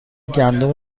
گندم